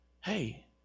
Hey